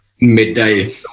Midday